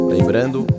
Lembrando